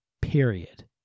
Period